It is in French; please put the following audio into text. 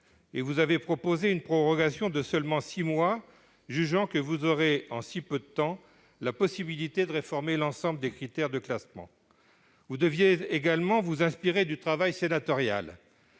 un refus, et proposé une prorogation de seulement six mois, jugeant que vous auriez, en si peu de temps, la possibilité de réformer l'ensemble des critères de classement. Vous deviez également vous inspirer du travail sénatorial.